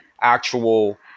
actual